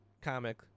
comic